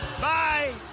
Bye